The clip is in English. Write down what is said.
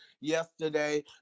yesterday